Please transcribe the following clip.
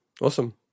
Awesome